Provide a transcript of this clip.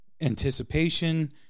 anticipation